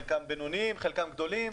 חלקם בינוניים, חלקם גדולים,